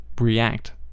react